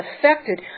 affected